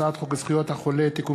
מטעם הכנסת: הצעת חוק זכויות החולה (תיקון